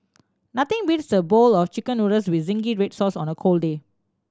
nothing beats a bowl of Chicken Noodles with zingy red sauce on a cold day